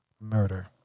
murder